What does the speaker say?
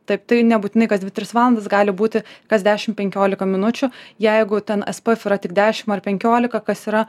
taip tai nebūtinai kas dvi tris valandas gali būti kas dešim penkiolika minučių jeigu ten es p ef yra tik dešim ar penkiolika kas yra